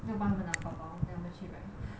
要帮他们拿包包 then 他们去 right